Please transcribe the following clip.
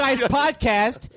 podcast